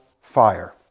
fire